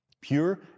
Pure